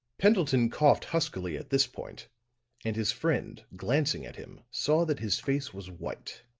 pendleton coughed huskily at this point and his friend glancing at him saw that his face was white.